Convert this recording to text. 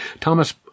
Thomas